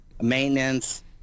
maintenance